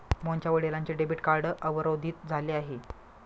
मोहनच्या वडिलांचे debit card अवरोधित झाले आहे